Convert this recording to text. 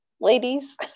ladies